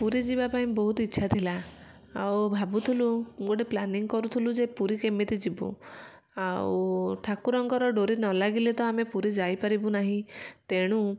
ପୁରୀ ଯିବା ପାଇଁ ବହୁତ ଇଚ୍ଛା ଥିଲା ଆଉ ଭାବୁଥିଲୁ ଗୋଟେ ପ୍ଲାନିଂ କରୁଥିଲୁ ଯେ ପୁରୀ କେମିତି ଯିବୁ ଆଉ ଠାକୁରଙ୍କର ଡୋରି ନ ଲାଗିଲେ ତ ଆମେ ପୁରୀ ଯାଇପାରିବୁ ନାହିଁ ତେଣୁ